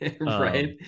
right